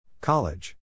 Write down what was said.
College